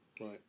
Right